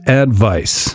advice